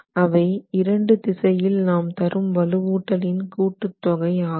அவை இரண்டு திசையில் நாம் தரும் வலுவூட்டல் இன் கூட்டு தொகை ஆகும்